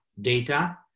data